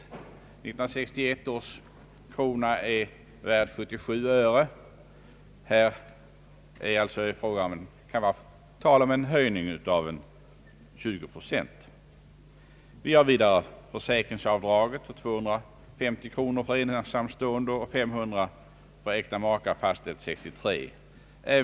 1961 års krona är nu värd 77 öre. Här kan det alltså vara tal om en höjning med 20 procent. Vidare har vi försäkringsavdragen på 250 kronor för ensamstående och 500 kronor för äkta makar, fastställda år 1963.